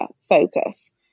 focus